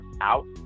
out